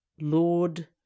Lord